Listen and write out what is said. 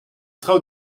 traoù